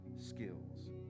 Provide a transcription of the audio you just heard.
skills